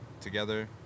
together